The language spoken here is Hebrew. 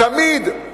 תמיד,